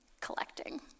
collecting